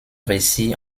récits